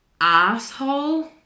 asshole